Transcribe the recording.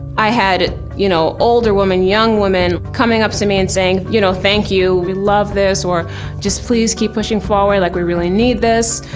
i had, you know, older women, young women, coming up to me and saying, you know, thank you, we love this, or just please keep pushing forward, like we really need this!